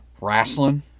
wrestling